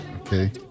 Okay